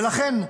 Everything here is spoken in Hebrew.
ולכן,